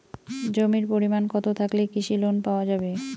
জমির পরিমাণ কতো থাকলে কৃষি লোন পাওয়া যাবে?